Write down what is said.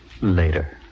Later